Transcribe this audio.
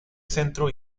centro